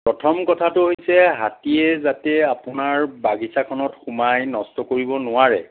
প্ৰথম কথাটো হৈছে হাতীয়ে যাতে আপোনাৰ বাগিচাখনত সোমাই নষ্ট কৰিব নোৱাৰে